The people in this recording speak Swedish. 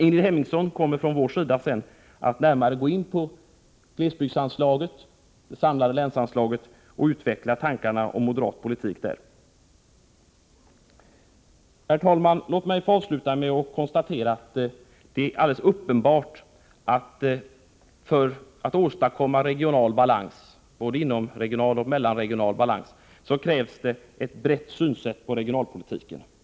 Ingrid Hemmingsson kommer från vår sida att närmare gå in på glesbygdsanslaget och det samlade länsanslaget och utveckla tankarna när det gäller moderat politik i fråga om detta. Herr talman! Låt mig avslutningsvis konstatera att det är alldeles uppenbart att det för att åstadkomma regional balans — både när det gäller inomregional och mellanregional balans — krävs ett brett synsätt i fråga om regionalpolitiken.